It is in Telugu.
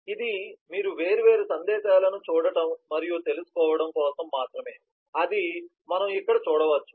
కాబట్టి ఇది మీరు వేర్వేరు సందేశాలను చూడటం మరియు తెలుసుకోవడం కోసం మాత్రమేఅది మనము ఇక్కడ చూడవచ్చు